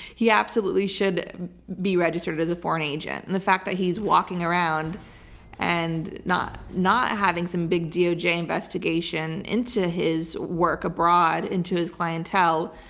he absolutely should be registered as a foreign agent, and the fact that he's walking around and not not having some big doj investigation into his work abroad, into his clientele,